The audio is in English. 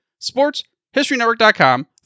sportshistorynetwork.com